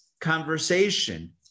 conversation